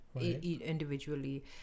individually